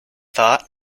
thought